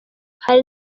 hari